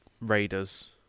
Raiders